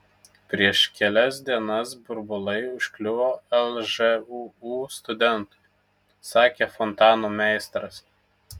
prieš kelias dienas burbulai užkliuvo lžūu studentui sakė fontanų meistras